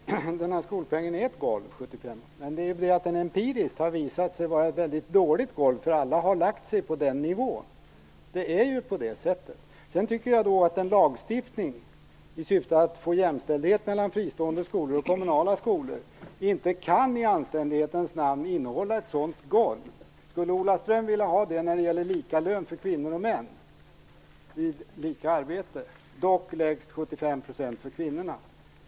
Herr talman! Den här skolpengen är ett golv, men empiriskt har det visat sig vara ett väldigt dåligt golv, för alla har lagt sig på den nivån. Lagstiftningen i syfte att få jämställdhet mellan fristående skolor och kommunala skolor kan inte i anständighetens namn innehålla ett sådant golv. Skulle Ola Ström vilja ha det när det gäller lika lön för kvinnor och män vid lika arbete - dock lägst 75 % för kvinnorna?